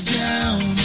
down